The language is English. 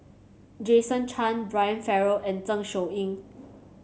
Jason Chan Brian Farrell and Zeng Shouyin